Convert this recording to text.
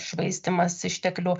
švaistymas išteklių